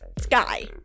sky